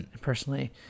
personally